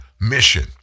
mission